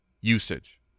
usage